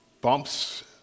bumps